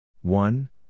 one